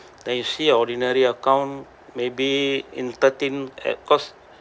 then you see your ordinary account maybe in thirteen at cost